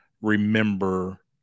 remember